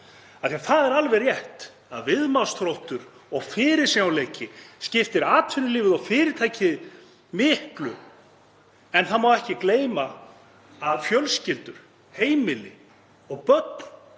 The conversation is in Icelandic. Það er alveg rétt að viðnámsþróttur og fyrirsjáanleiki skiptir atvinnulífið og fyrirtæki miklu en ekki má gleyma því að fjölskyldur, heimili og börn